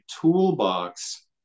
toolbox